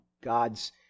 God's